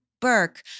Burke